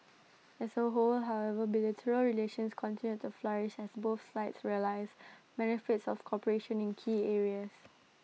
as A whole however bilateral relations continued to flourish as both sides realise benefits of cooperation in key areas